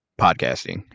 podcasting